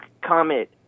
comment